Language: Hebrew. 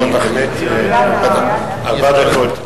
ארבע דקות.